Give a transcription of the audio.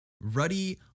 ruddy